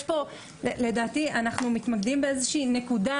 יש פה לדעתי אנחנו מתמקדים באיזה שהיא נקודה